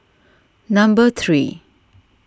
number three